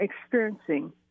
experiencing